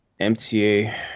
mta